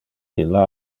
illa